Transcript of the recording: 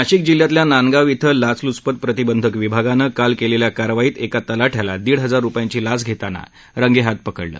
नाशिक जिल्ह्यातल्या नांदगाव अं लाच लुचपत प्रतिबंधक विभागानं काल केलेल्या कारवाईत एका तलाठ्याला दीड हजार रुपयांची लाच घेताना रंगेहाथ पकडलं